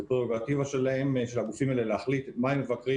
זו פררוגטיבה של הגופים האלה להחליט את מה הם מבקרים,